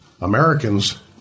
Americans